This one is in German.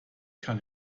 kann